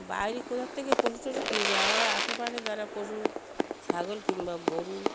বাইরে কোথাওর থেকে পশু টশু কিনিনি আমার আশেপাশে যারা পশু ছাগল কিংবা গোরু